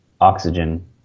oxygen